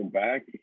Back